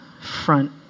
front